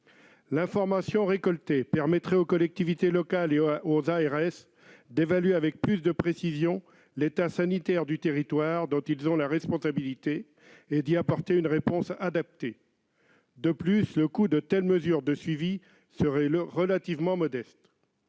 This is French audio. L'information récoltée permettrait aux collectivités locales et aux agences régionales de santé (ARS) d'évaluer avec plus de précision l'état sanitaire du territoire dont elles ont la responsabilité et d'apporter une réponse adaptée. En outre, le coût de telles mesures de suivi serait relativement modeste.